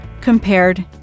compared